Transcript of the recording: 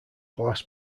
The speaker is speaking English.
glass